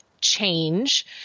change